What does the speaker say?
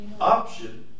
option